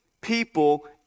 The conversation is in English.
people